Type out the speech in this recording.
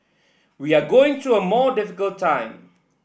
we are going through a more difficult time